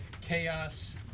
chaos